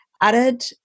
added